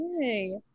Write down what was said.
Hey